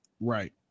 Right